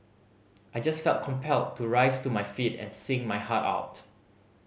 I just felt compelled to rise to my feet and sing my heart out